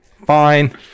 fine